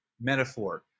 metaphor